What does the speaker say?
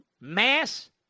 mass